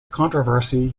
controversy